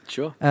Sure